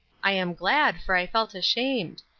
i am glad, for i felt ashamed.